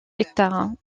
hectares